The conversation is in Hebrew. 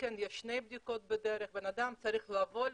יש שתי בדיקות בדרך, בן אדם צריך לבוא לנתב"ג,